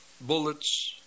bullets